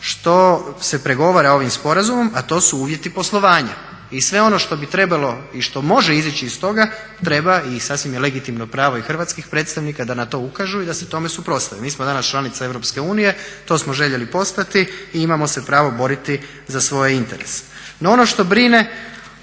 što se pregovara ovim sporazumom, a to su uvjeti poslovanja. I sve ono što bi trebalo i što može izaći iz toga treba i sasvim je legitimno pravo i hrvatskih predstavnika da na to ukažu i da se tomu suprotstave. Mi smo danas članica EU, to smo željeli postati i imamo se pravo boriti za svoje interese. No ono što brine,